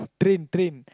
training training